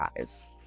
eyes